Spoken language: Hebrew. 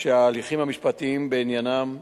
שההליכים המשפטיים בעניינם הסתיימו.